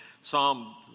Psalm